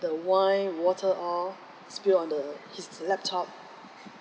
the wine water all spill on the his laptop